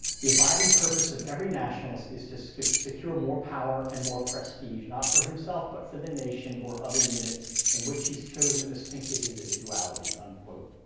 the abiding purpose of every nationalist is to secure more power and more prestige, not for himself, but for the nation or other unit in which he's chosen to sink his individuality, unquote.